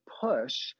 push